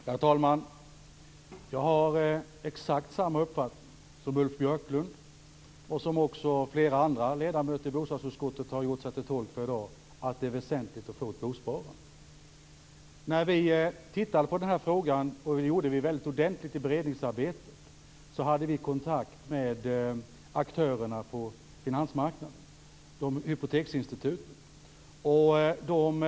Herr talman! Jag har exakt samma uppfattning som den som Ulf Björklund och flera andra ledamöter i bostadsutskottet har gjort sig till tolkar för i dag, nämligen att det är väsentligt att få ett bosparande. När vi tittade på den här frågan i beredningsarbetet - och det gjorde vi ordentligt - hade vi kontakt med aktörerna och hypoteksinstituten på finansmarknaden.